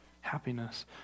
happiness